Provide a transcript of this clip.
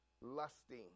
lusting